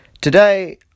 Today